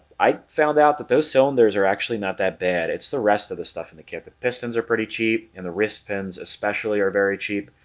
i found out that those cylinders are actually not that bad. it's the rest of the stuff in the kit the pistons are pretty cheap and the wrist pins especially are very cheap,